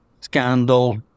Scandal